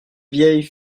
vieilles